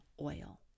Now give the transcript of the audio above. oil